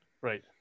Right